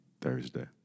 Thursday